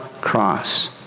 cross